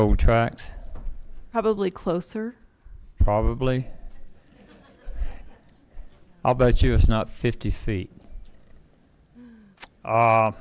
old tracks probably closer probably i'll bet you it's not fifty feet